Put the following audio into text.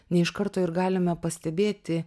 ne iš karto ir galime pastebėti